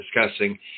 discussing